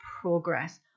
progress